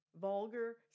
vulgar